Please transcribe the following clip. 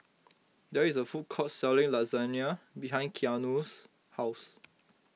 there is a food court selling Lasagna behind Keanu's house